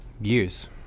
years